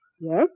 Yes